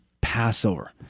Passover